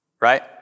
right